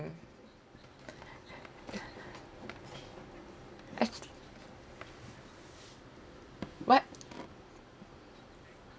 mm actually what